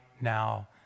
now